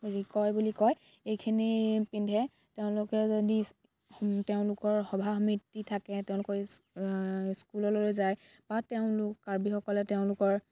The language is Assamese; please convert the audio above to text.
ৰিকয় বুলি কয় এইখিনি পিন্ধে তেওঁলোকে যদি তেওঁলোকৰ সভা সমিতি থাকে তেওঁলোকৰ স্কুললৈ যায় বা তেওঁলোক কাৰ্বিসকলে তেওঁলোকৰ